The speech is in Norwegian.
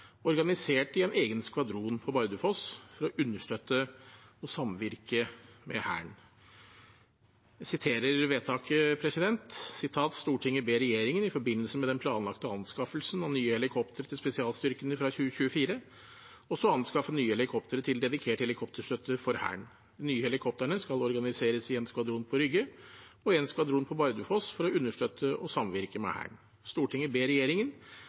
organisert i en egen skvadron på Bardufoss, for å understøtte og samvirke med Hæren: «Stortinget ber regjeringen i forbindelse med den planlagte anskaffelsen av nye helikoptre til spesialstyrkene fra 2024, også anskaffe nye helikoptre til dedikert helikopterstøtte for Hæren. De nye helikoptrene skal organiseres i en skvadron på Rygge, og en skvadron på Bardufoss for å understøtte og samvirke med Hæren. Stortinget ber regjeringen